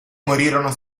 morirono